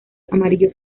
amarillo